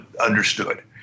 understood